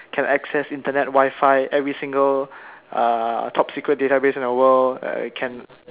can access Internet Wifi every single uh top secret database in the world can